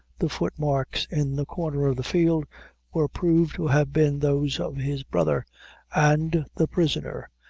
the footmarks in the corner of the field were proved to have been those of his brother and the prisoner,